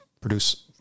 produce